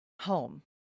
home